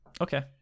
Okay